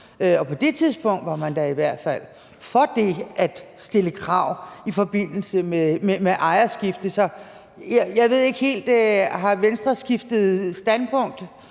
Og på det tidspunkt var man da i hvert fald for det at stille krav i forbindelse med ejerskifte. Så jeg ved ikke helt, om Venstre har skiftet standpunkt